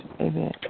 Amen